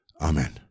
Amen